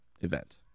event